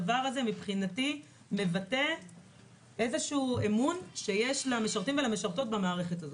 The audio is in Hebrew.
מבחינתי הדבר הזה מבטא איזשהו אמון שיש למשרתים ולמשרתות במערכת הזאת.